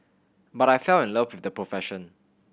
but I fell in love with the profession